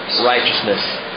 righteousness